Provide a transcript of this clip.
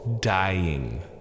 dying